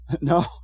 No